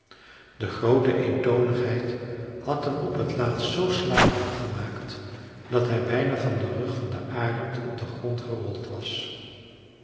de groote eentonigheid had hem op t laatst z slaperig gemaakt dat hij bijna van den rug van den arend op den grond gerold was